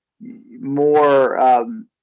more